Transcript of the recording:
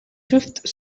fifth